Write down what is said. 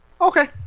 okay